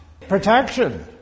protection